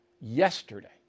yesterday